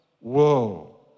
Whoa